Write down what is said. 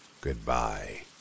Goodbye